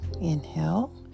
Inhale